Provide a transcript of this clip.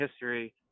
history